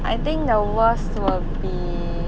I think the worst would be